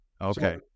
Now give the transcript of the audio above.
Okay